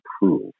prove